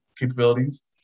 capabilities